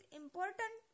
important